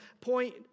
point